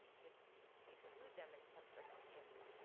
would exclude them in some circumstances.